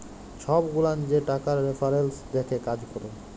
ছব গুলান যে টাকার রেফারেলস দ্যাখে কাজ ক্যরে